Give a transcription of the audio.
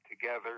together—